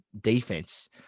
defense